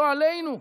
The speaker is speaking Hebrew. לא עלינו,